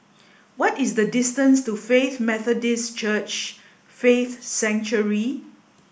what is the distance to Faith Methodist Church Faith Sanctuary